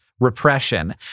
repression